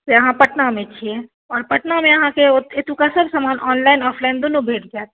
से अहाँ पटनामे छियै पटनामे अहाँके ओतहि एतुका सभसामान ऑनलाइन ऑफलाइन दुनू भेट जायत